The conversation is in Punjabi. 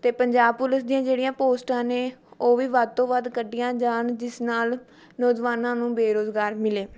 ਅਤੇ ਪੰਜਾਬ ਪੁਲਿਸ ਦੀਆਂ ਜਿਹੜੀਆਂ ਪੋਸਟਾਂ ਨੇ ਉਹ ਵੀ ਵੱਧ ਤੋਂ ਵੱਧ ਕੱਢੀਆਂ ਜਾਣ ਜਿਸ ਨਾਲ਼ ਨੌਜਵਾਨਾਂ ਨੂੰ ਵੀ ਰੁਜ਼ਗਾਰ ਮਿਲੇ